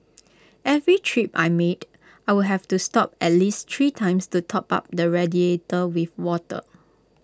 every trip I made I would have to stop at least three times to top up the radiator with water